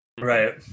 Right